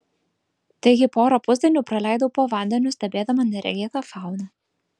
taigi porą pusdienių praleidau po vandeniu stebėdama neregėtą fauną